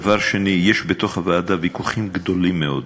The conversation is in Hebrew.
דבר שני, יש בתוך הוועדה ויכוחים גדולים מאוד.